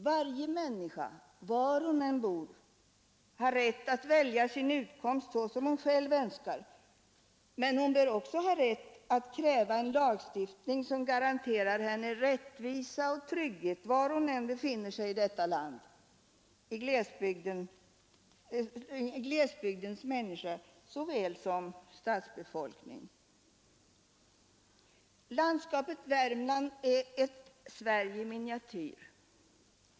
Varje människa var hon än bor har rätt att välja sin utkomst så som hon själv önskar men hon bör också ha rätt att kräva en lagstiftning som garanterar henne rättvisa och trygghet var hon än befinner sig i detta land, glesbygdens människa såväl som stadens. Landskapet Värmland är ett Sverige i miniatyr.